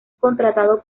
contratado